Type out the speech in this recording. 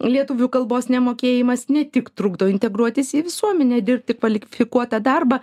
lietuvių kalbos nemokėjimas ne tik trukdo integruotis į visuomenę dirbti kvalifikuotą darbą